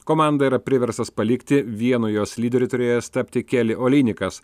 komandą yra priverstas palikti vieno jos lyderiu turėjęs tapti keli olynikas